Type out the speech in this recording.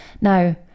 Now